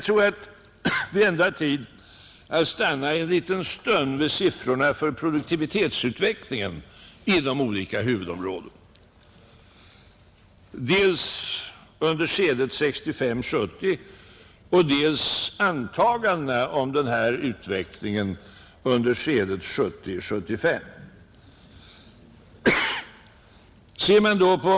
Tabellen visar bl.a. dels produktivitetsutvecklingen inom olika huvudområden, under skedet 1965—1970, dels antaganden om denna utveckling under skedet 1970-1975.